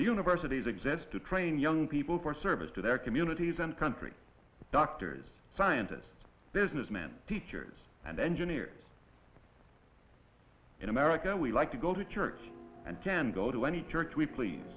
universities exist to train young people for service to their communities and country doctors scientists businessmen teachers and engineers in america we like to go to church and can go to any church we please